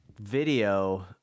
video